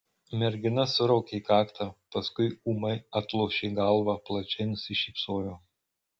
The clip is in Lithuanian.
mergina suraukė kaktą paskui ūmai atlošė galvą plačiai nusišypsojo